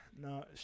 No